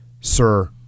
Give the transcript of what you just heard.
Sir